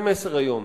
זה מסר איום.